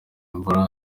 imvura